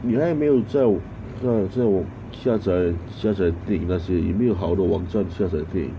你还有没有知道知道我下载下载电影那些有没有好的网站下载电影